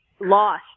lost